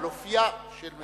על אופיה של מדינת ישראל.